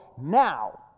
now